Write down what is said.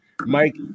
Mike